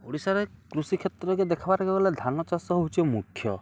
ଓଡ଼ିଶାରେ କୃଷି କ୍ଷେତ୍ରକେ ଦେଖ୍ବାର୍କେ ଗଲେ ଧାନ ଚାଷ ହଉଛେ ମୁଖ୍ୟ